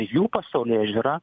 jų pasaulėžiūra